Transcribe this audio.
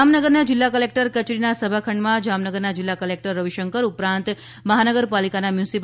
જામનગરની જિલ્લા કલેકટર કચેરીના સભાખંડમાં જામનગરના જિલ્લા કલેકટર રવિશંકર ઉપરાંત મહાનગરપાલિકાના મ્યુનિ